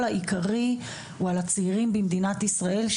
העיקרי הוא על הצעירים במדינת ישראל,